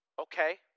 Okay